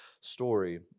story